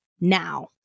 now